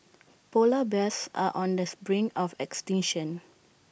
Polar Bears are on this brink of extinction